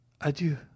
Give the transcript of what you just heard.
Adieu